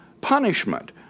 punishment